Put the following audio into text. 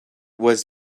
was